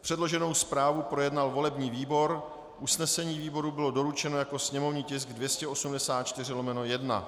Předloženou zprávu projednal volební výbor, usnesení výboru bylo doručeno jako sněmovní tisk 284/1.